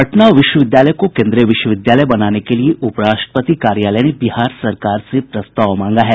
पटना विश्वविद्यालय को केन्द्रीय विश्वविद्यालय बनाने के लिए उप राष्ट्रपति कार्यालय ने बिहार सरकार से प्रस्ताव मांगा है